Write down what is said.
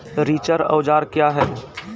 रिचर औजार क्या हैं?